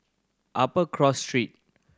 Upper Cross Street